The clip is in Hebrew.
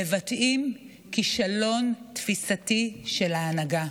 מבטאים כישלון תפיסתי של ההנהגה.